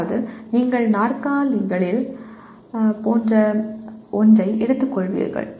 அதாவது நீங்கள் நாற்காலிகள் போன்ற ஒன்றை எடுத்துக்கொள்வீர்கள்